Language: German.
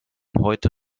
heute